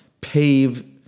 pave